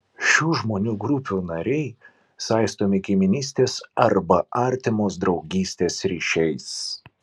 šių žmonių grupių nariai saistomi giminystės arba artimos draugystės ryšiais